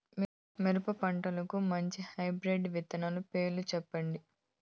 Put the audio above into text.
మిరప పంటకు మంచి హైబ్రిడ్ విత్తనాలు పేర్లు సెప్పండి?